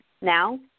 Now